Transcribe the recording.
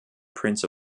prince